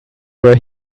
were